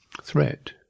Threat